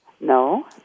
No